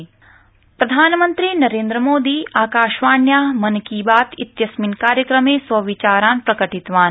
मन की बात प्रधानमंत्री नरेन्द्र मोदी आकाशवाण्या मन की बात इत्यस्मिन् कार्यक्रमे स्वविचारान् प्रकटितवान्